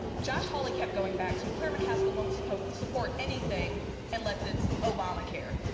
josh hawley kept going back to claire mccaskill won't support support anything unless it's obamacare.